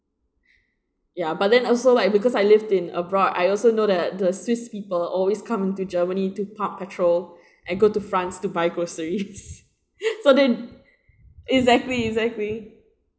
ya but then also like because I lived in abroad I also know that the swiss people always come into germany to pump petrol and go to france to buy groceries so then exactly exactly